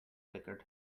flickered